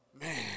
Man